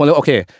okay